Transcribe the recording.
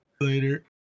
Later